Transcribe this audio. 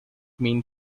mean